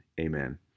Amen